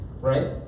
right